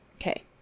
Okay